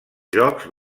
jocs